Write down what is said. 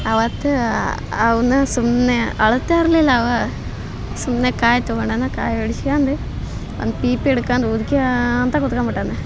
ಅವತ್ತ ಅವನ ಸುಮ್ಮನೆ ಅಳ್ತಾ ಇರಲಿಲ್ಲ ಅವ ಸುಮ್ಮನೆ ಕಾಯಿ ತೊಗೊಂಡಾನ ಕಾಯಿ ಬಿಡಿಸ್ಕ್ಯಂಡು ಒಂದು ಪೀಪಿ ಹಿಡ್ಕಂದು ಊದ್ಕ್ಯಂತ ಕುತ್ಕಂಬಿಟ್ಟಾನ